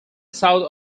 south